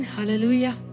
Hallelujah